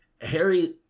Harry